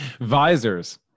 Visors